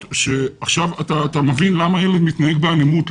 ואתה מבין למה הילד מתנהג באלימות,